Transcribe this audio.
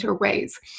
Ways